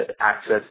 access